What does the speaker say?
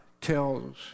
tells